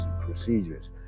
procedures